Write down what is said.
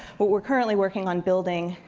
what we're currently working on building,